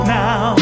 now